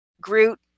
Groot